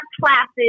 classes